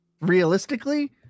realistically